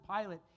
Pilate